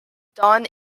done